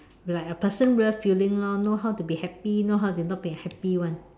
like a person real feeling loh know how to happy know how to not be happy [one]